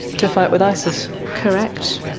to fight with isis? correct.